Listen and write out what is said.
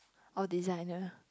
or designer